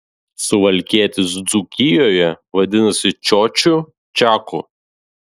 suvalkietis dzūkijoje vadinasi čiočiu čiaku